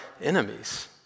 enemies